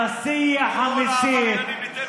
על השיח המסית,